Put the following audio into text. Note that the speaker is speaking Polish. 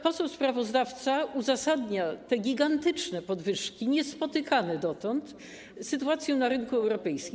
Poseł sprawozdawca uzasadnia te gigantyczne podwyżki, niespotykane dotąd, sytuacją na rynku europejskim.